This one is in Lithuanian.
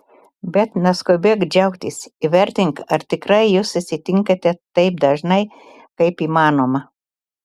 bet neskubėk džiaugtis įvertink ar tikrai jūs susitinkate taip dažnai kaip įmanoma